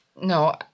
no